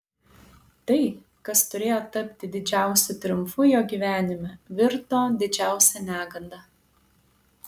tai kas turėjo tapti didžiausiu triumfu jo gyvenime virto didžiausia neganda